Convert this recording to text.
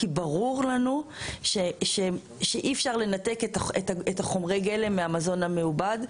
כי ברור לנו שאי-אפשר לנתק את חומרי הגלם מהמזון המעובד,